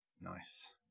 Nice